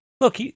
Look